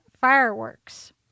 fireworks